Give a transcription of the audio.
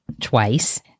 twice